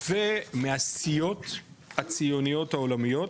ומהסיעות הציוניות העולמיות